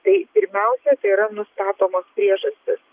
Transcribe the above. tai pirmiausia tai yra nustatomos priežastys